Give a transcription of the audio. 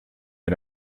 met